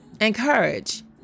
encourage